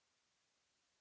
Merci